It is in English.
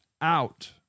out